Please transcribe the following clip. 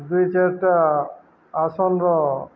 ଦୁଇ ଚାରଟା ଆସନର